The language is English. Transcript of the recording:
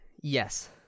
Yes